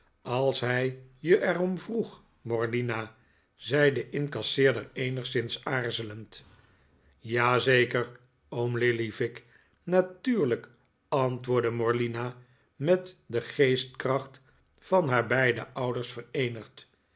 als hij je er om vroeg morlina zei de incasseerder eenigszins aarzelend ja zeker oom lillyvick natuurlijk antwoordde morlina met de geestkracht van haar beide ouders